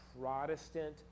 Protestant